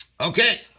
Okay